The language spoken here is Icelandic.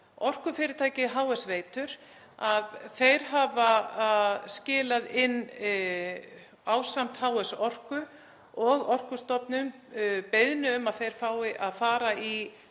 Orkufyrirtækið HS veitur hefur skilað inn ásamt HS Orku og Orkustofnun beiðni um að þeir fái að fara í